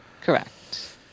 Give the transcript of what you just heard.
Correct